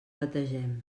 bategem